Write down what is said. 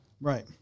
right